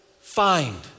find